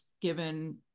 given